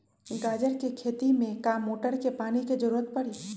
गाजर के खेती में का मोटर के पानी के ज़रूरत परी?